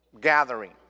gathering